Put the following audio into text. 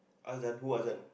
Azan who Azan